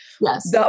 Yes